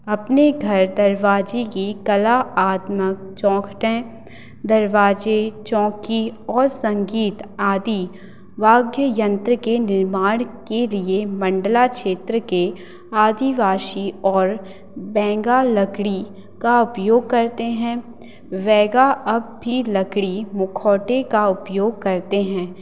अपने घर दरवाज़ों की कलात्मक चौखटें दरवाज़े चौंकी और संगीत आदि वाद्ययंत्र के निर्माण के लिए मंडला क्षेत्र के आदिवासी और बेंगा लकड़ी का उपयोग करते हैं वेगा अप भी लकड़ी मुखौटे का उपयोग करते हैं